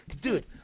Dude